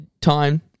time